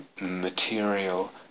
material